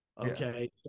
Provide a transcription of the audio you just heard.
okay